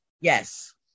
Yes